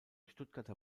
stuttgarter